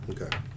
Okay